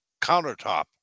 countertop